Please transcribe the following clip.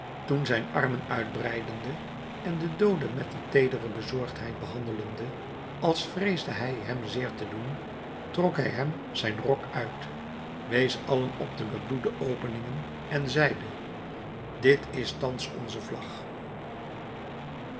toen zijn armen uitbreidende en den doode met die teedere bezorgdheid behandelende als vreesde hij hem zeer te doen trok hij hem zijn rok uit wees allen op de bloedende openingen en zeide dit is thans onze vlag